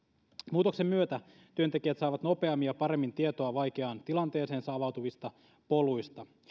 muutoksen myötä työntekijät saavat nopeammin ja paremmin tietoa vaikeaan tilanteeseensa avautuvista poluista